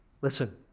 listen